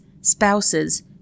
spouses